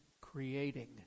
creating